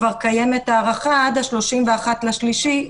כבר קיימת הארכה עד ה-31 במרץ 2021,